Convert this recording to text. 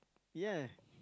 ya